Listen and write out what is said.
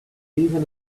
even